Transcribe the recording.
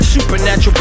Supernatural